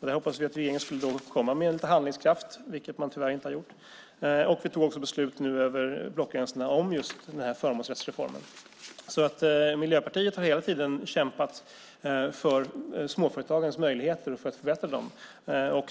Där hoppades vi att regeringen skulle komma med lite handlingskraft, vilket man tyvärr inte har gjort. Vi tog nu också beslut, över blockgränsen, om just den här förmånsrättsreformen. Miljöpartiet har hela tiden kämpat för småföretagens möjligheter och för att förbättra dem.